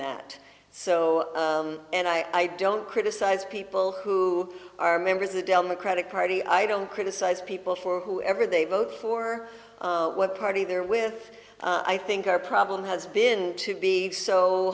that so and i don't criticize people who are members of the democratic party i don't criticize people for whoever they vote for what party they're with i think our problem has been to be so